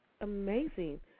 amazing